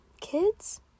kids